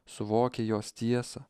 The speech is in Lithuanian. suvokė jos tiesą